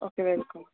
okay welcome